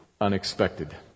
unexpected